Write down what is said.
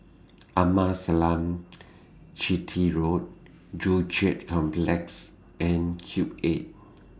Amasalam Chetty Road Joo Chiat Complex and Cube eight